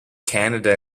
canada